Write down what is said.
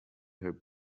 her